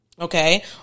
okay